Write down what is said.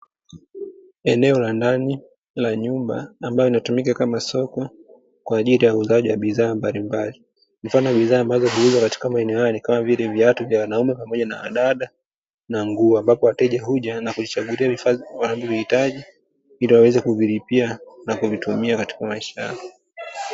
Eneo la ndani la nyumba ambao linatumika kama soko kwa ajili ya uuzaji wa bidhaa mbalimbali. Mfano wa bidhaa ambazo huuzwa katika maeneo haya ni kama vile: viatu vya wanaume pamoja na wadada, na nguo; ambapo wateja huja na kujichagulia vifaa wanavovihitaji ili waweze kuvilipia na kuvitumia katika maisha yao.